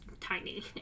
tiny